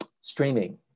streaming